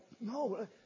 no